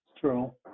true